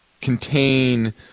contain